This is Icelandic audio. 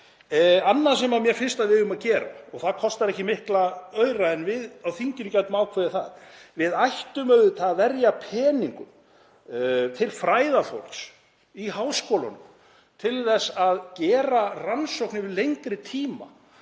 Annað sem mér finnst að við eigum að gera, það kostar ekki mikla aura en við á þinginu gætum ákveðið það, er að við ættum auðvitað að verja peningum til fræðafólks í háskólunum til að gera rannsókn yfir lengri tíma